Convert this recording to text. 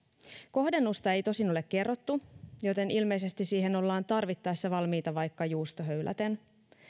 kohdennusta ei tosin ole kerrottu joten ilmeisesti siihen ollaan tarvittaessa valmiita vaikka juustohöyläten